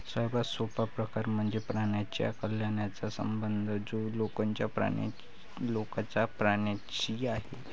सर्वात सोपा प्रकार म्हणजे प्राण्यांच्या कल्याणाचा संबंध जो लोकांचा प्राण्यांशी आहे